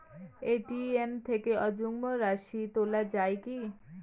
ATM থেকে অযুগ্ম রাশি তোলা য়ায় কি?